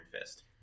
Fist